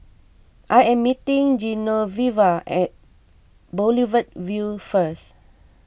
I am meeting Genoveva at Boulevard Vue first